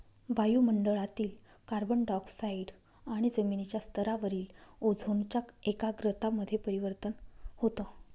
वायु मंडळातील carbon dioxide आणि जमिनीच्या स्तरावरील ओझोनच्या एकाग्रता मध्ये परिवर्तन होतं